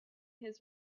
his